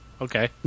Okay